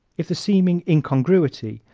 if the seeming incongruity,